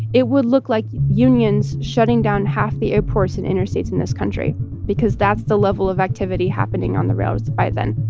it would look like unions shutting down half the airports and interstates in this country because that's the level of activity happening on the railroads by then.